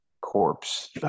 corpse